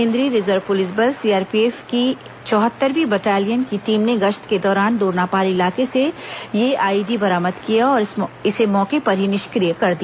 केंद्रीय reserve police बल CRPF की चौहत्तरवीं बटालियन की टीम ने गश्त के दौरान दोरनापाल इलाके से यह आईईडी बरामद किया और इसे मौके पर निष्क्रिय कर दिया